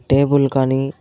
table కానీ